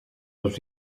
dels